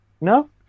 No